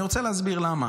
אני רוצה להסביר למה.